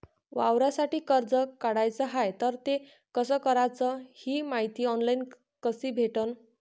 वावरासाठी कर्ज काढाचं हाय तर ते कस कराच ही मायती ऑनलाईन कसी भेटन?